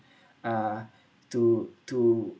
uh to to